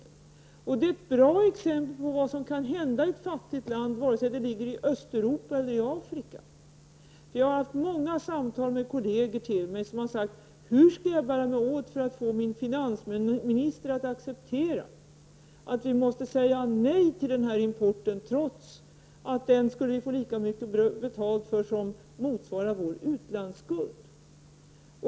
Detta är ett bra exempel på vad som kan hända i ett fattigt land vare sig det ligger i Östeuropa eller i Afrika. Jag har haft många samtal med kolleger till mig som sagt: Hur skall jag bära mig åt för att få finansministern att acceptera att vi skall säga nej till denna import, trots att vi skulle få lika mycket betalt som motsvarar vår utlandsskuld?